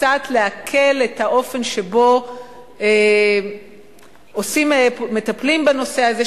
קצת להקל את האופן שבו מטפלים בנושא הזה,